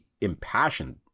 impassioned